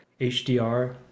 hdr